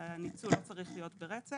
הניצול לא צריך להיות ברצף.